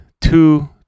two